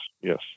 yes